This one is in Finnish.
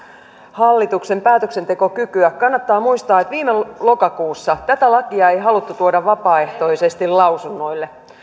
hallituksen päätöksentekokykyä kannattaa muistaa että viime lokakuussa tätä lakia ei haluttu tuoda vapaaehtoisesti lausunnoille